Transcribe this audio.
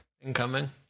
Incoming